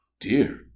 Dear